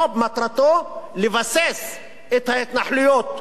המו"פ מטרתו לבסס את ההתנחלויות,